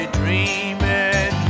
dreaming